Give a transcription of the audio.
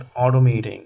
automating